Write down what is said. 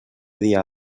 dia